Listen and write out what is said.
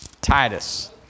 Titus